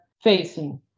facing